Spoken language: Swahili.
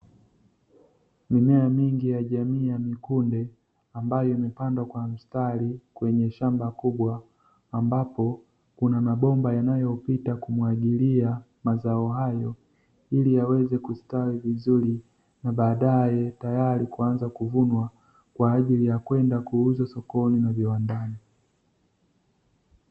Mimea mingi ya jamii ya mikunde ambayo imepandwa kwa mstari kwenye shamba kubwa, ambapo kuna mabomba yanayopita kumwagilia mazao hayo ili yaweze kustawi vizuri na baadae tayari kuanza kuvunwa kwaajili ya kwenda kuuzwa sokoni na viwandani.